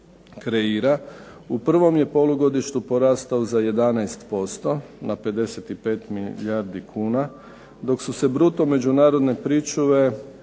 u prvom je polugodištu porastao za 11% na 55 milijardi kuna, dok su se bruto međunarodne pričuve